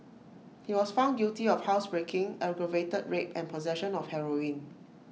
he was found guilty of housebreaking aggravated rape and possession of heroin